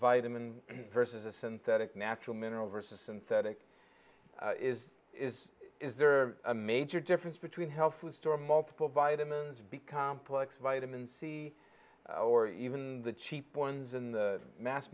vitamin versus a synthetic natural mineral versus and thetic is is is there a major difference between health food store multiple vitamins become plex vitamin c or even the cheap ones in the mass